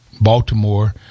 Baltimore